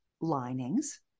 linings